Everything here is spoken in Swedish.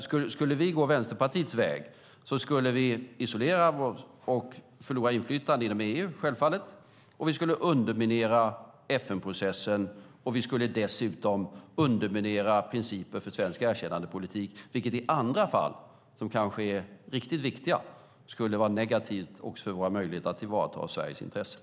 Om vi skulle gå Vänsterpartiets väg skulle vi isolera oss och självfallet förlora inflytande inom EU. Vi skulle underminera FN-processen. Vi skulle dessutom underminera principer för svensk erkännandepolitik, vilket i andra fall som kanske är riktigt viktiga skulle vara negativt också för våra möjligheter att tillvarata Sveriges intressen.